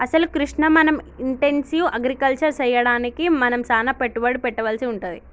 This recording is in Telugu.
అసలు కృష్ణ మనం ఇంటెన్సివ్ అగ్రికల్చర్ సెయ్యడానికి మనం సానా పెట్టుబడి పెట్టవలసి వుంటది